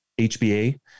HBA